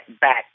back